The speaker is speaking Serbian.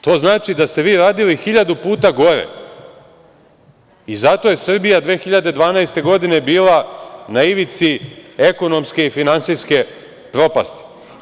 To znači da ste vi radili hiljadu puta gore i zato je Srbija 2012. godine bila na ivici ekonomske i finansijske propasti.